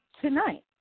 tonight